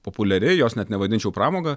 populiari jos net nevadinčiau pramoga